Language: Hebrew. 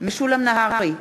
משולם נהרי,